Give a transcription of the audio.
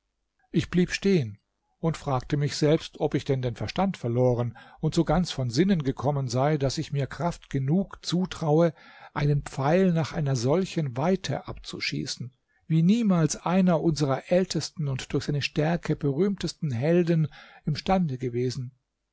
ich blieb stehen und fragte mich selbst ob ich denn den verstand verloren und so ganz von sinnen gekommen sei daß ich mir kraft genug zutraue einen pfeil nach einer solchen weite abzuschießen wie niemals einer unserer ältesten und durch seine stärke berühmtesten helden im stande gewesen